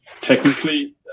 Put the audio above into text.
technically